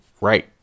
right